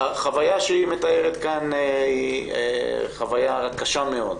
החוויה שהיא מתארת כאן היא חוויה קשה מאוד.